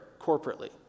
corporately